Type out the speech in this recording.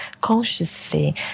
consciously